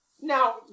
now